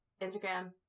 Instagram